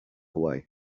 away